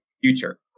future